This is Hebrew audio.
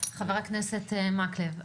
חבר הכנסת מקלב,